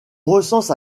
recense